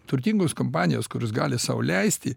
turtingos kompanijos kurios gali sau leisti